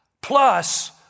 plus